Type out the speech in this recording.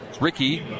Ricky